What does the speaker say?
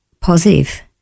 positive